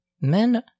Men